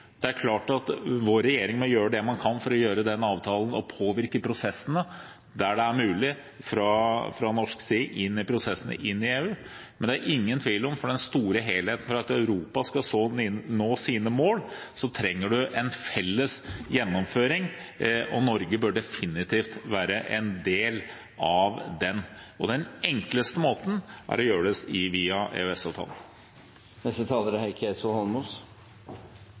Det er klart at vår regjering må gjøre det den kan for å gjøre den avtalen og påvirke prosessene der det er mulig fra norsk side, inn i EU. Men for den store helheten er det ingen tvil om at for at Europa skal nå sine mål, trenger man en felles gjennomføring, og Norge bør definitivt være en del av den. Den enkleste måten er å gjøre det via EØS-avtalen. Ola Elvestuen ramset opp en rekke ting som Stortinget har vedtatt i